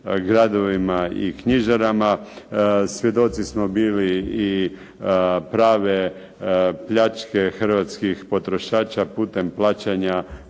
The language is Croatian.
gradovima i knjižarama. Svjedoci smo bili i prave pljačke hrvatskih potrošača putem plaćanja